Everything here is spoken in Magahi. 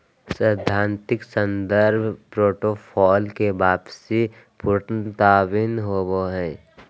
सैद्धांतिक संदर्भ पोर्टफोलि के वापसी के पुनरुत्पादन होबो हइ